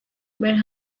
were